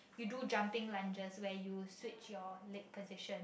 you do jumping lunches where you switch your leg position